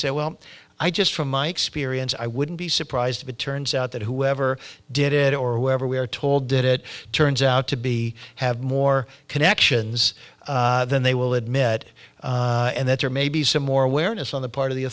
said well i just from my experience i wouldn't be surprised if it turns out that whoever did it or wherever we're told did it turns out to be have more connections than they will admit and that there may be some more awareness on the part of the